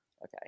Okay